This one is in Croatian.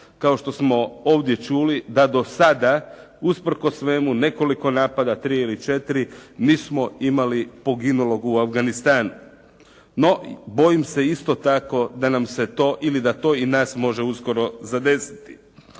kao što smo ovdje čuli da do sada usprkos svemu nekoliko napada, 3 ili 4 nismo imali poginulog u Afganistanu. No bojim se isto tako da nam se to ili da to i nas može uskoro zadesiti.